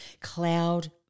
cloud